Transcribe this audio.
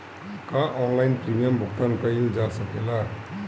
का online premium भुगतान कईल जा सकेला?